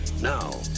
now